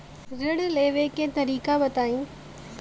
ऋण लेवे के तरीका बताई?